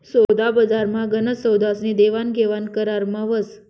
सोदाबजारमा गनच सौदास्नी देवाणघेवाण करारमा व्हस